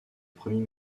premier